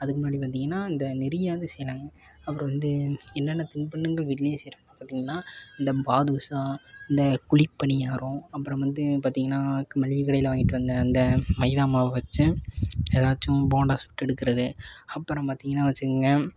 அதுக்கு முன்னாடி பார்த்தீங்கன்னா இந்த நிறையா வந்து செய்யலாங்க அப்புறம் வந்து என்னென்ன தின்பண்டங்கள் வீட்டிலையே செய்கிறாங்கன்னு பார்த்தீங்கன்னா இந்த பாதுஷா இந்த குழிப் பணியாரம் அப்புறம் வந்து பார்த்தீங்கன்னா க மளிகை கடையில் வாங்கிட்டு வந்த அந்த மைதா மாவு வைச்சு ஏதாச்சும் போண்டா சுட்டெடுக்கிறது அப்புறம் பார்த்தீங்கன்னா வெச்சுக்கங்க